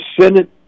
Senate